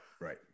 right